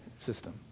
system